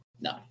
No